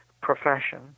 profession